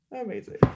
Amazing